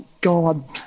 God